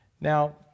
now